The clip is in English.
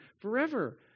forever